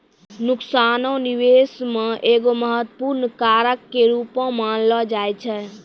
नुकसानो निबेश मे एगो महत्वपूर्ण कारक के रूपो मानलो जाय छै